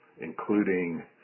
including